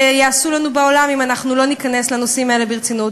מה שיעשו לנו בעולם אם לא ניכנס לנושאים האלה ברצינות.